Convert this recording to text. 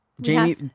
Jamie